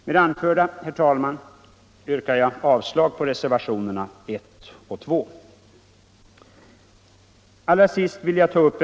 Med det anförda, herr talman, yrkar jag bifall till utskottets hemställan under mom. 1, innebärande avslag på reservationerna 1 och 2.